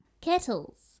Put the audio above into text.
Kettles